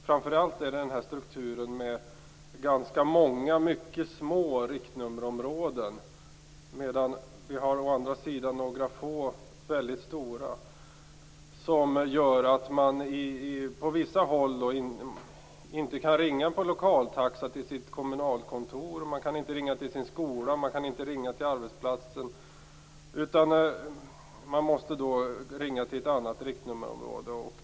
Framför allt är det den här strukturen med ganska många mycket små riktnummerområden - å andra sidan har vi några få mycket stora - som gör att man på vissa håll inte kan ringa på lokaltaxa till sitt kommunalkontor. Man kan inte ringa till sin skola och sin arbetsplats utan att ringa till ett annat riktnummerområde.